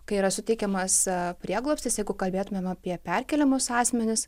kai yra suteikiamas prieglobstis jeigu kalbėtumėm apie perkeliamus asmenis